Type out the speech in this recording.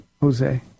Jose